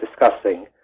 discussing